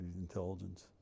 intelligence